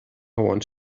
want